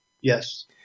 Yes